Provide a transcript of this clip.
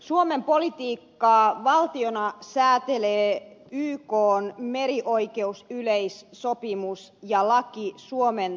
suomen politiikkaa valtiona säätelee ykn merioikeusyleissopimus ja laki suomen talousvyöhykkeestä